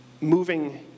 moving